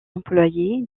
employés